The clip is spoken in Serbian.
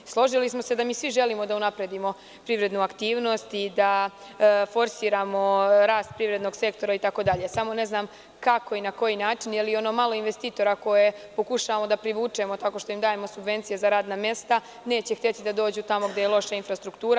Složili smo se da svimi želimo da unapredimo privrednu aktivnost i da forsiramo rast privrednog sektora itd, samo ne znam kako i na koji način, jer i ono malo investitora koje pokušavamo da privučemo tako što im dajemo subvencije za radna mesta neće hteti da dođu tamo gde je loša infrastruktura.